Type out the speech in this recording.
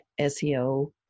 SEO